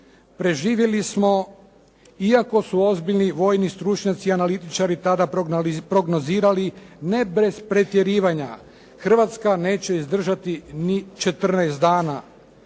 Preživjeli smo iako su ozbiljni vojni stručnjaci i analitičari tada prognozirali, ne bez pretjerivanja, Hrvatska neće izdržati ni 14 dana.